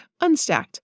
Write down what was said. unstacked